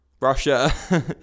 Russia